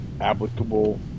applicable